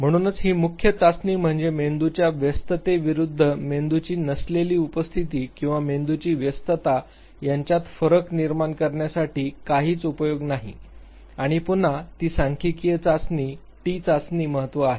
म्हणूनच ही मुख्य चाचणी म्हणजे मेंदूच्या व्यस्तते विरूद्ध मेंदूची नसलेली उपस्थिती किंवा मेंदूची व्यस्तता यांच्यात फरक निर्माण करण्यासाठी काहीच उपयोग नाही आणि पुन्हा ती सांख्यिकीय चाचणी टी चाचणी महत्त्व आहे